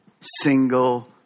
single